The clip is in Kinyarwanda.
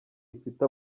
ifite